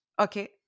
okay